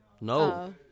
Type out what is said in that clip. no